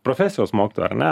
profesijos mokytojų ar ne